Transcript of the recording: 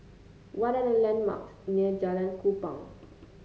what are the landmarks near Jalan Kupang